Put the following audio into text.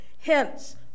hence